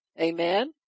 Amen